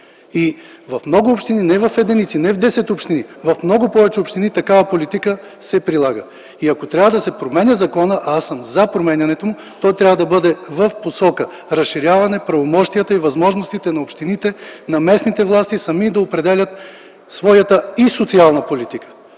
В много общини – не в единици, не в десет общини, а в много повече общини такава политика се прилага. Ако трябва да се променя законът – аз съм за променянето му, то трябва да бъде в посока разширяване правомощията и възможностите на общините, на местните власти сами да определят своята и социална политика.